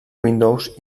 windows